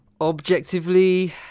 objectively